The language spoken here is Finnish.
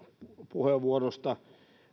puheenvuorosta